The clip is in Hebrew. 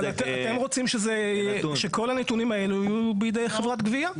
אבל אתם רוצים שכל הנתונים האלה יהיו בידי חברת גבייה.